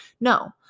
No